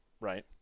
right